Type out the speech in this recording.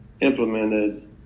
implemented